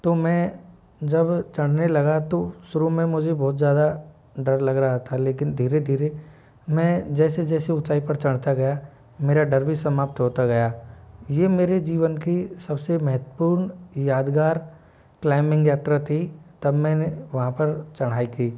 तो मैं जब चढ़ने लगा तो शुरू में मुझे बहुत ज़्यादा डर लग रहा था लेकिन धीरे धीरे मैं जैसे जैसे ऊंचाई पर चढ़ता गया मेरा डर भी समाप्त होता गया ये मेरे जीवन की सबसे महत्वपूर्ण यादगार क्लाइंबिंग यात्रा थी तब मैंने वहाँ पर चढ़ाई की